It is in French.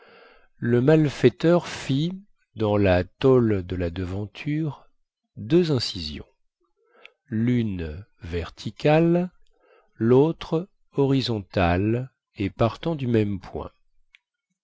le malfaiteur fit dans la tôle de la devanture deux incisions lune verticale lautre horizontale et partant du même point